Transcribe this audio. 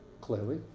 Clearly